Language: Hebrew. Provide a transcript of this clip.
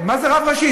מה זה רב ראשי?